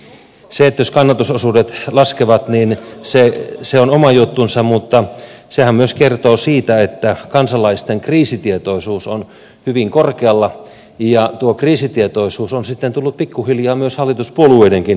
se jos kannatusosuudet laskevat on oma juttunsa mutta sehän myös kertoo siitä että kansalaisten kriisitietoisuus on hyvin korkealla ja tuo kriisitietoisuus on sitten tullut pikkuhiljaa myös hallituspuolueidenkin keskuuteen